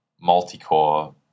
multi-core